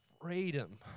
freedom